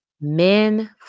men